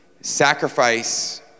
sacrifice